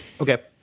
okay